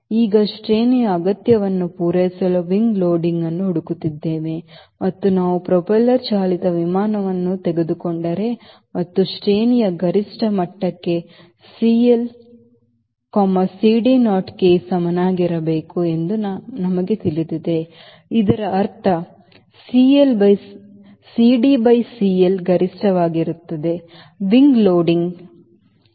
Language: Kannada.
ಈಗ ಶ್ರೇಣಿಯ ಅಗತ್ಯವನ್ನು ಪೂರೈಸಲು Wingloading ಅನ್ನು ಹುಡುಕುತ್ತಿದ್ದೇನೆ ಮತ್ತು ನಾನು ಪ್ರೊಪೆಲ್ಲರ್ ಚಾಲಿತ ವಿಮಾನವನ್ನು ತೆಗೆದುಕೊಂಡರೆ ಮತ್ತು ಶ್ರೇಣಿಯ ಗರಿಷ್ಠ ಮಟ್ಟಕ್ಕೆ CL CDoKಸಮನಾಗಿರಬೇಕು ಎಂದು ನಮಗೆ ತಿಳಿದಿದೆ ಇದರರ್ಥ CDCL ಗರಿಷ್ಠವಾಗಿರುತ್ತದೆ